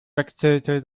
wechselte